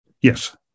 Yes